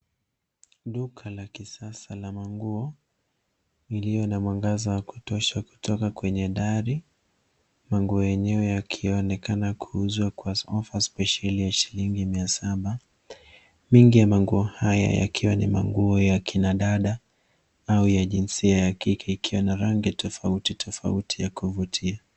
Duka la kisasa la manguo lilio na mwangaza wa kutosha kutoka kwenye dari. Manguo yenyewe yakionekana kuuzwa kwa ofa spesheli ya shilingi mia saba. Mengi ya manguo haya yakiwa ni manguo ya kina dada au ya jinsia ya kike ikiwa na rangi tofauti tofauti ya kuvutia.